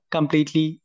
Completely